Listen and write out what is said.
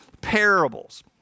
parables